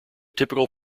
typical